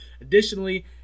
Additionally